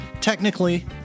technically